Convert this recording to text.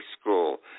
school